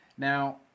Now